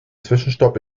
zwischenstopp